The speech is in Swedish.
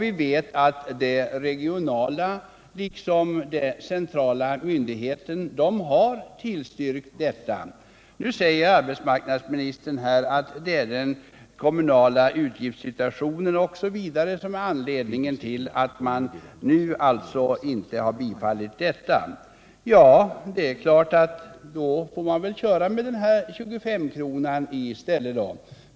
Vi vet att de regionala liksom de centrala myndigheterna har tillstyrkt detta förslag. Arbetsmarknadsministern säger att den kommunala utgiftssituationen är anledningen till att regeringen nu inte anser sig kunna biträda förslaget. Ja, då får man väl köra med 2S-kronan i stället.